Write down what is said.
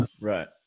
right